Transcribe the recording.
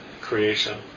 creation